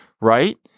right